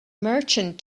merchant